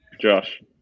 Josh